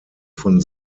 von